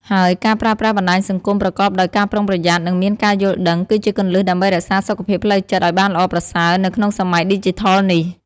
ហើយការប្រើប្រាស់បណ្តាញសង្គមប្រកបដោយការប្រុងប្រយ័ត្ន និងមានការយល់ដឹង គឺជាគន្លឹះដើម្បីរក្សាសុខភាពផ្លូវចិត្តឲ្យបានល្អប្រសើរនៅក្នុងសម័យឌីជីថលនេះ។